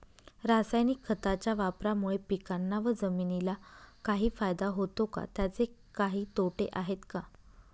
रासायनिक खताच्या वापरामुळे पिकांना व जमिनीला काही फायदा होतो का? त्याचे काही तोटे आहेत का?